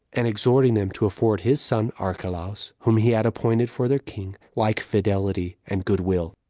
and exhorting them to afford his son archelaus, whom he had appointed for their king, like fidelity and good-will.